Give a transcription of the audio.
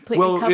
well,